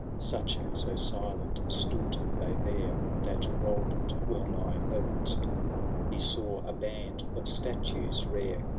such and so silent stood they there. that roland wellnigh hoped he saw a band of statues rare.